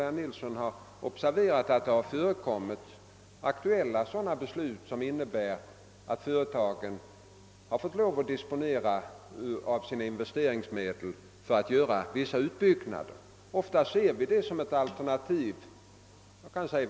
Herr Nilsson har väl observerat att det föreligger aktuella beslut som innebär att företagen får lov att disponera investeringsmedel för att göra vissa utbyggnader. Ofta betraktar vi detta som ett alternativ till lokaliseringsstöd.